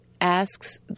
asks